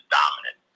dominant